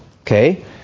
okay